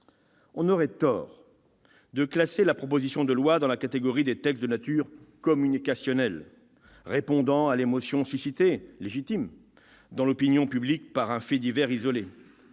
On aurait tort de classer la présente proposition de loi dans la catégorie des textes de nature communicationnelle, répondant à l'émotion légitime suscitée dans l'opinion publique par un fait divers isolé